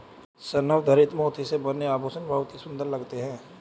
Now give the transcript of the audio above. संवर्धित मोती से बने आभूषण बहुत ही सुंदर लगते हैं